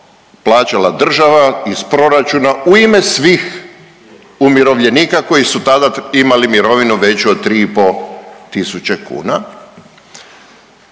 plaćala država iz proračuna u ime svih umirovljenika koji su tada imali mirovinu veću od 3,5 tisuće kuna,